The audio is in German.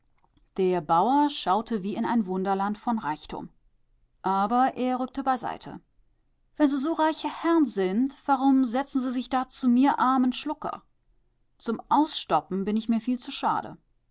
der bauer schaute wie in ein wunderland von reichtum aber er rückte beiseite wenn se su reiche herr'n sind warum setzen se sich da zu mir armen schlucker zum ausstoppen bin ich mir viel zu schade